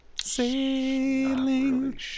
sailing